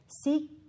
seek